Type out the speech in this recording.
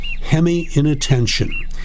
hemi-inattention